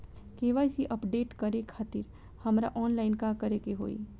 KYC update करे खातिर हमरा ऑनलाइन का करे के होई?